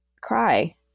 cry